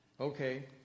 Okay